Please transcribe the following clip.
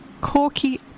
Corky